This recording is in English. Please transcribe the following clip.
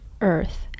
Earth